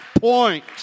point